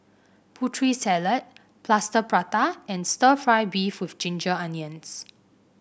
Putri Salad Plaster Prata and stir fry beef with Ginger Onions